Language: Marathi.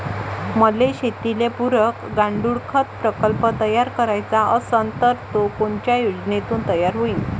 मले शेतीले पुरक गांडूळखत प्रकल्प तयार करायचा असन तर तो कोनच्या योजनेतून तयार होईन?